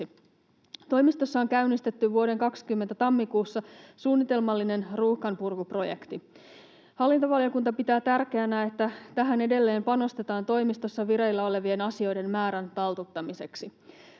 Toimistossa on käynnistetty vuoden 20 tammikuussa suunnitelmallinen ruuhkanpurkuprojekti. Hallintovaliokunta pitää tärkeänä, että tähän edelleen panostetaan toimistossa vireillä olevien asioiden määrän taltuttamiseksi.